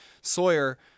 Sawyer